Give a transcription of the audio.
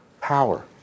power